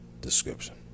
description